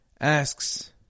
asks